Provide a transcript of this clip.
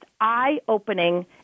eye-opening